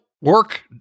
work